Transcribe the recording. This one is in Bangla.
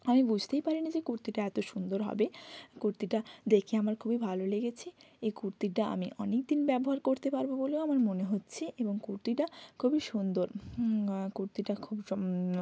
আমি বুঝতেই পারিনি যে কুর্তিটা এত সুন্দর হবে কুর্তিটা দেখে আমার খুবই ভালো লেগেছে এই কুর্তিটা আমি অনেকদিন ব্যবহার করতে পারবো বলেও আমার মনে হচ্ছে এবং কুর্তিটা খুবই সুন্দর কুর্তিটা খুব জম